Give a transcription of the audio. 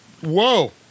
Whoa